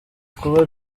kuba